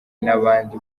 n’abandi